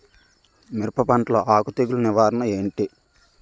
మిరప పంటలో ఆకు తెగులు నివారణ ఏంటి?